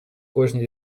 кожній